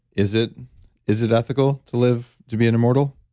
is it is it ethical to live, to be an immortal?